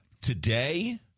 Today